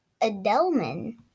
Adelman